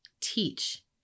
teach